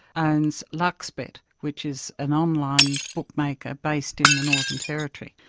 and luxbet, which is an online bookmaker based in the northern territory.